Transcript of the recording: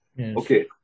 Okay